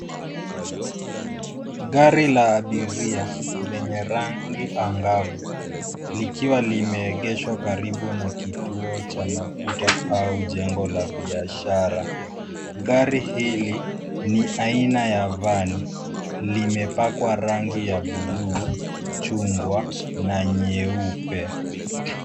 Gari la abiria lenye rangi angavu, likiwa limeegeshwa karibu na kituo cha mafuta au jengo la biashara. Gari hili ni aina ya vani. Limepakwa rangi ya buluu, chungwa, na nyeupe.